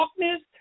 darkness